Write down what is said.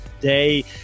day